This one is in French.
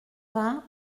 vingts